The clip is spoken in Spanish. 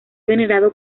venerado